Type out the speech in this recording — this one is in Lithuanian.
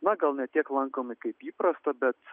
na gal ne tiek lankomi kaip įprasta bet